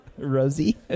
Rosie